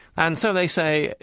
and so they say,